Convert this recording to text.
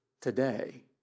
today